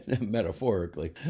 metaphorically